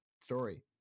story